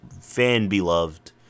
fan-beloved